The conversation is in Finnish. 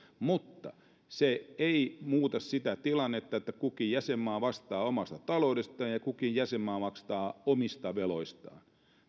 mutta se ei muuta sitä tilannetta että kukin jäsenmaa vastaa omasta taloudestaan ja kukin jäsenmaa vastaa omista veloistaan